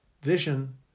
vision